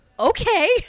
Okay